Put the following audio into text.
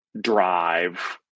drive